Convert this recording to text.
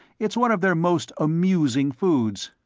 it's one of their most amusing foods.